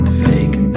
fake